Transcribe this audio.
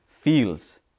feels